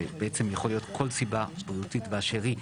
זה בעצם יכול להיות כל סיבה בריאותית באשר היא,